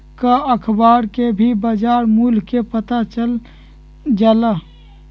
का अखबार से भी बजार मूल्य के पता चल जाला?